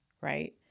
Right